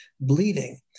bleeding